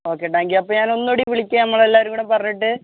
okay thank you അപ്പോൾ ഞാനൊന്നുകൂടി വിളിക്കാം നമ്മളെല്ലാവരുംകൂടെ പറഞ്ഞിട്ട്